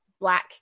black